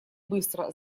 быстро